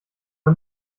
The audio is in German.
man